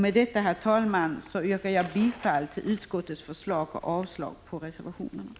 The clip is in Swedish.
Med detta, herr talman, yrkar jag bifall till utskottets förslag och avslag på reservationerna.